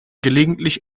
gelegentlich